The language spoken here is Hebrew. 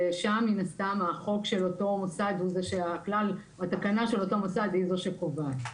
שם מן הסתם התקנה של אותו מוסד היא זו שקבועת.